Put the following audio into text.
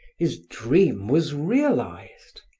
his dream was realized!